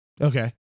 Okay